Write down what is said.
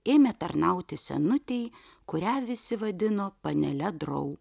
ėmė tarnauti senutei kurią visi vadino panele drau